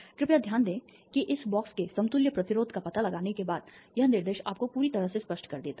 कृपया ध्यान दें कि इस बॉक्स के समतुल्य प्रतिरोध का पता लगाने के बाद यह निर्देश आपको पूरी तरह से स्पष्ट कर देता है